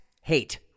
hate